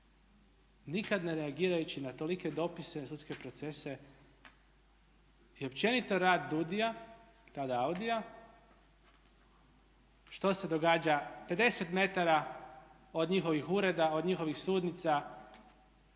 nikada ne reagirajući na tolike dopise, sudske procese i općenito radi DUDI-a, tada AUDI-a, što se događa 50m od njihovih ureda, od njihovih sudnica.